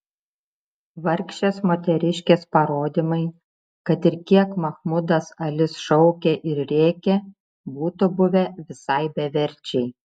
vargšės moteriškės parodymai kad ir kiek mahmudas alis šaukė ir rėkė būtų buvę visai beverčiai